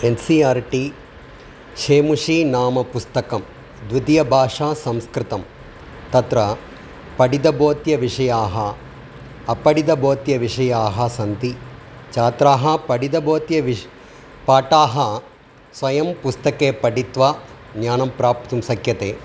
N C R T शेमुषी नामं पुस्तकं द्वितीयभाषा संस्कृतं तत्र पठितबोध्यविषयाः अपठितबोध्यविषयाः सन्ति छात्राः पठितबोध्यविषयपाठाः स्वयं पुस्तके पठित्वा ज्ञानं प्राप्तुं शक्यते